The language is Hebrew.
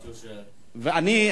ואני,